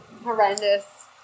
horrendous